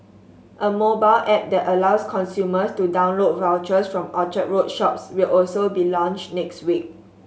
a mobile app that allows consumers to download vouchers from Orchard Road shops will also be launched next week